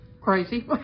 Crazy